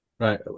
Right